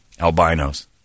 albinos